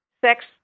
sex